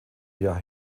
jahr